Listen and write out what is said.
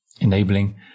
enabling